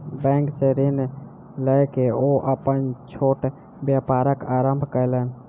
bank सॅ ऋण लय के ओ अपन छोट व्यापारक आरम्भ कयलैन